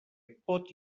pot